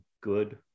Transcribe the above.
good